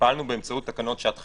פעלנו באמצעות תקנות שעת חירום,